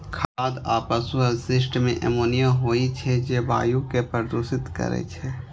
खाद आ पशु अवशिष्ट मे अमोनिया होइ छै, जे वायु कें प्रदूषित करै छै